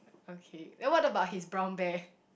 okay then what about his brown bear